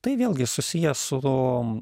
tai vėlgi susiję su